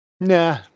nah